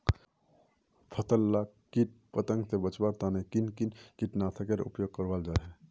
फसल लाक किट पतंग से बचवार तने किन किन कीटनाशकेर उपयोग करवार लगे?